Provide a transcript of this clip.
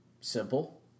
simple